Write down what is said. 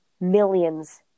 millions